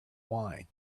wine